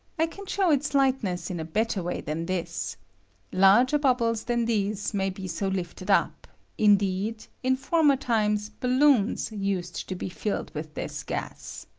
i can show its lightness in a better way than this larger bubbles than these may be so lifted up indeed, in former times balloons used to be filled with this gas.